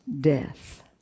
death